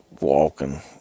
walking